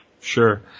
sure